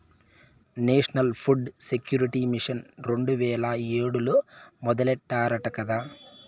national food security mission రెండు వేల ఏడులో మొదలెట్టారట కదా